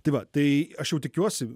tai va tai aš jau tikiuosi